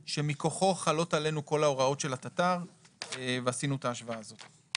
שמכוחו חלות עלינו כל ההוראות של התט"ר ועשינו את ההשוואה הזאת.